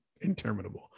interminable